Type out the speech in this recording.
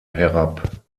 herab